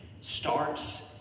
starts